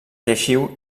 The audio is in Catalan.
lleixiu